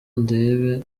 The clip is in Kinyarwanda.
ndebe